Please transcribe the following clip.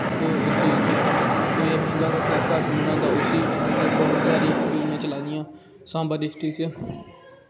उसी ते कोई अपने घर फ्लैश बाथरूम बनांदा उसी बी पैसे थ्होंदे बहुत सारी जोजनां चला दियां सांबा डिस्टिक च